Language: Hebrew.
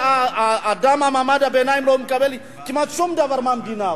האדם ממעמד הביניים לא מקבל כמעט שום דבר מהמדינה,